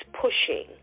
pushing